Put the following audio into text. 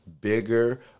bigger